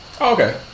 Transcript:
Okay